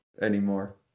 anymore